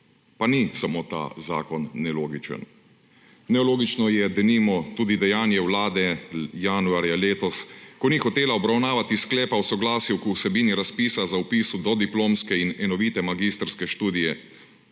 Pa ni samo ta zakon nelogičen. Nelogično je, denimo, tudi dejanje Vlade januarja letos, ko ni hotela obravnavati sklepa o soglasju k vsebini razpisa za vpis v dodiplomske in enovite magistrske študije